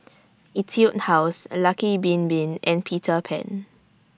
Etude House Lucky Bin Bin and Peter Pan